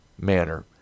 manner